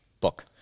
book